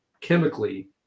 chemically